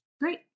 Great